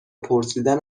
پرسیدن